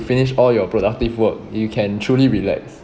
finish all your productive work you can truly relax